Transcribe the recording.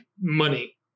money